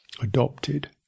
adopted